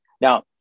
Now